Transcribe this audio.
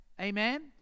amen